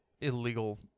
illegal